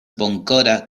bonkora